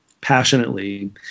passionately